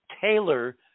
tailor